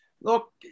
Look